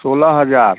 सोलह हज़ार